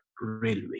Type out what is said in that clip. Railway